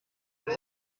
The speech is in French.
pelt